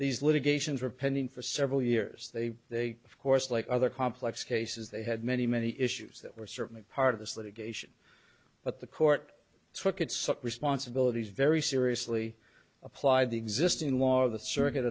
these litigations were pending for several years they they of course like other complex cases they had many many issues that were certainly part of this litigation but the court took it such responsibilities very seriously applied the existing law of the circuit